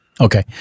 Okay